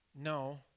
No